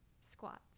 squats